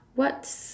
what's